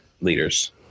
leaders